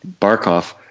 Barkov